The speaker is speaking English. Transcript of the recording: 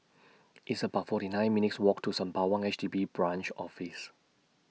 It's about forty nine minutes' Walk to Sembawang H D B Branch Office